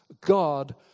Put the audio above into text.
God